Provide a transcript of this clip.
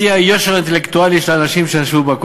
בשיא היושר האינטלקטואלי של האנשים שישבו בה,